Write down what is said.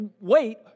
wait